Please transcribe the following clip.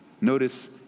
Notice